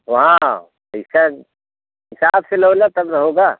वहाँ पैसा हिसाब से लो ना तब ना होगा